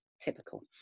Typical